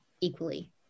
equally